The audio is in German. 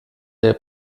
der